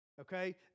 Okay